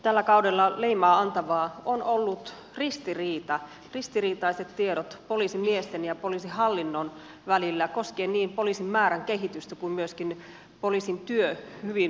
tällä kaudella leimaa antavaa on ollut ristiriita ristiriitaiset tiedot poliisimiesten ja poliisihallinnon välillä koskien niin poliisin määrän kehitystä kuin myöskin poliisin työhyvinvointia